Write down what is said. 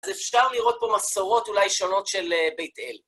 אז אפשר לראות פה מסורות אולי שונות של בית אל.